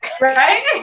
Right